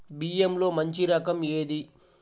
బియ్యంలో మంచి రకం ఏది?